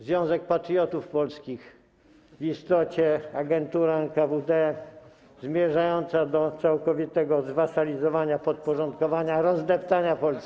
Związek Patriotów Polskich w istocie był agenturą NKWD zmierzającą do całkowitego zwasalizowania, podporządkowania, rozdeptania Polski.